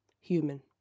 human